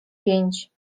pięć